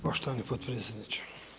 Poštovani potpredsjedniče.